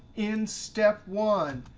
in step one,